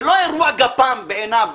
זה לא אירוע גפ"מ בעיניו.